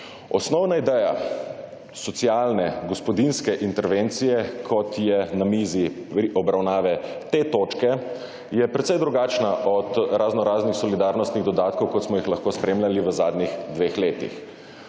Osnovna ideja socialne gospodinjske intervencije, kot je na mizi obravnave te točke, je precej drugačna od raznoraznih solidarnostnih dodatkov, kot smo jih lahko spremljali v zadnjih dveh letih.